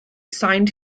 signed